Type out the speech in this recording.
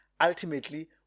ultimately